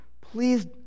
please